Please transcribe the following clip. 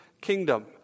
kingdom